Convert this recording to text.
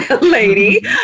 lady